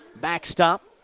backstop